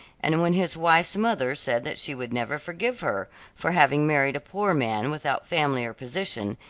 and when his wife's mother said that she would never forgive her for having married a poor man without family or position,